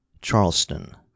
Charleston